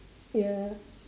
ya